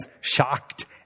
shocked